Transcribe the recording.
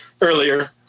earlier